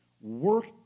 work